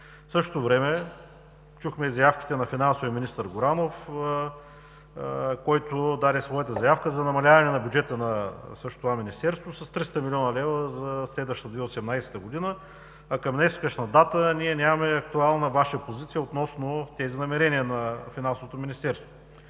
В същото време чухме и заявките на финансовия министър Горанов, който даде своята заявка за намаляване на бюджета на това Министерството с 300 млн. лв. за следващата 2018 г., а към днешна дата ние нямаме актуална Ваша позиция относно тези намерения на Финансовото министерство.